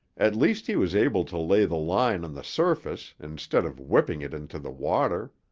at least he was able to lay the line on the surface instead of whipping it into the water.